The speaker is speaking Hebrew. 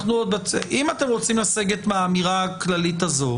אם אתם רוצים לסגת מהאמירה הכללית הזאת,